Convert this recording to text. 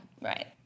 Right